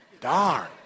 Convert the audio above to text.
Darn